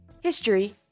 history